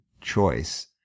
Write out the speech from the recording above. choice